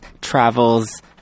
Travels